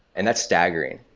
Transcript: and that's staggering.